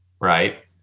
right